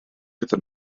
gyda